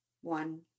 one